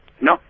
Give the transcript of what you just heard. No